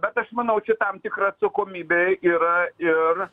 bet aš manau čia tam tikra atsakomybė yra ir